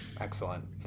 excellent